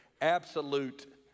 absolute